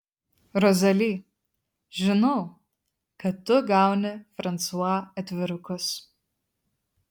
rozali žinau kad tu gauni fransua atvirukus